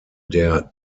der